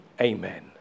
Amen